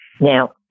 Now